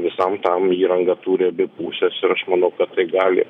visam tam įranga turi abi puses ir aš manau kad tai gali